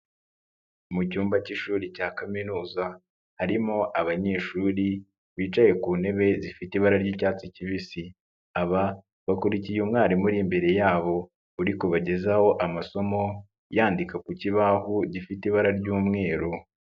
Mu cyumba k'ishuri cya kaminuza harimo abanyeshuri bicaye ku ntebe zifite ibara ry'icyatsi kibisi. Aba bakurikiye umwarimu uri imbere yabo, uri kubagezaho amasomo yandika ku kibaho gifite ibara ry'umweru.